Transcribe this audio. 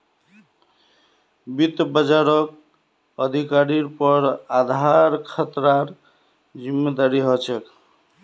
वित्त बाजारक अधिकारिर पर आधार खतरार जिम्मादारी ह छेक